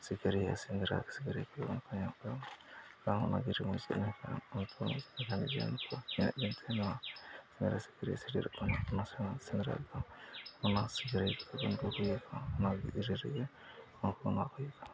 ᱥᱤᱠᱟᱹᱨᱤᱭᱟᱹ ᱥᱮᱸᱫᱽᱨᱟ ᱥᱤᱠᱟᱹᱨᱤᱭᱟᱹ ᱠᱚᱜᱮ ᱵᱟᱝ ᱠᱚ ᱧᱟᱢᱚᱜ ᱠᱟᱱᱟ ᱚᱱᱟ ᱵᱤᱨ ᱨᱮ ᱢᱚᱡᱽ ᱜᱮ ᱛᱟᱦᱮᱱ ᱜᱮᱭᱟ ᱠᱚ ᱤᱱᱟᱹᱜ ᱫᱤᱱ ᱛᱮ ᱱᱚᱣᱟ ᱨᱟᱹᱥᱠᱟᱹ ᱨᱮ ᱥᱮᱴᱮᱨᱚᱜ ᱠᱟᱱᱟ ᱚᱱᱟ ᱥᱮᱸᱫᱽᱨᱟ ᱫᱚ ᱚᱱᱟ ᱥᱟᱹᱜᱟᱹᱭ ᱠᱚᱫᱚᱵᱚᱱ ᱠᱩᱠᱞᱤ ᱠᱚᱣᱟ ᱚᱱᱟ ᱵᱷᱤᱛᱨᱤ ᱨᱮᱜᱮ ᱦᱚᱲ ᱠᱚ ᱮᱢᱟ ᱠᱚ ᱦᱩᱭᱩᱜ ᱠᱟᱱᱟ